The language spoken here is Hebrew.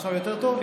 עכשיו יותר טוב?